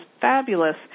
fabulous